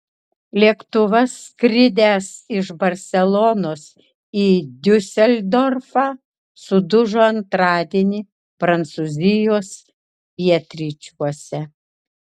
lėktuvas skridęs iš barselonos į diuseldorfą sudužo antradienį prancūzijos pietryčiuose